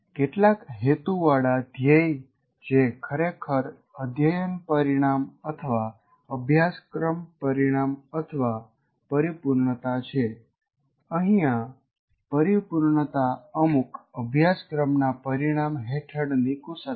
કેટલાક હેતુવાળા ધ્યેય જે ખરેખર અધ્યયન પરિણામ અથવા અભ્યાસક્રમ પરિણામ અથવા પરિપૂર્ણતા છે અહિયાં પરિપૂર્ણતા અમુક અભ્યાસક્રમના પરિણામ હેઠળની કુશળતા